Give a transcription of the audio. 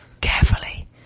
carefully